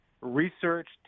research